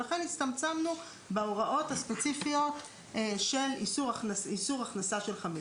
ולכן הצטמצמנו בהוראות הספציפיות של איסור הכנסה של חמץ.